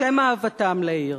בשם אהבתם לעיר,